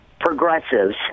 progressives